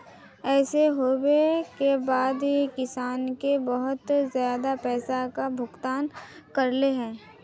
ऐसे होबे के बाद किसान के बहुत ज्यादा पैसा का भुगतान करले है?